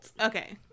Okay